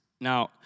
Now